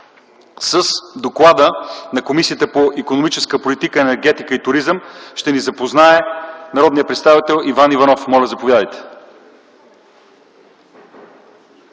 С доклада на Комисията по икономическата политика, енергетика и туризъм ще ни запознае народният представител Иван Иванов. Моля, заповядайте.